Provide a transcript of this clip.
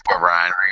Ryan